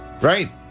Right